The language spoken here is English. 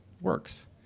works